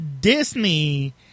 Disney